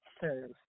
serve